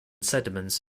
sediments